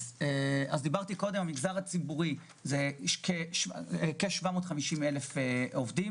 המגזר הציבורי מונה כ-750,000 עובדים.